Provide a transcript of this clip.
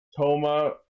Toma